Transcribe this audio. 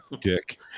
dick